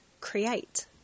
create